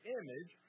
image